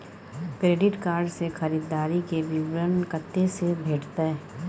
Credit card से खरीददारी के विवरण कत्ते से भेटतै?